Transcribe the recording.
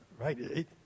right